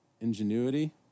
Ingenuity